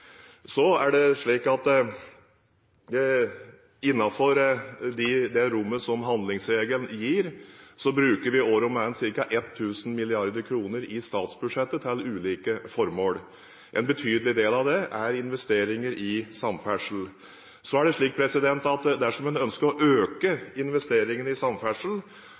det rommet handlingsregelen gir, bruker vi år om annet ca. 1 000 mrd. kr i statsbudsjettet til ulike formål. En betydelig del av det er investeringer i samferdsel. Så er det slik at dersom man ønsker å øke investeringene i